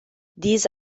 these